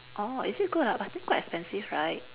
orh is it good ah but I think quite expensive right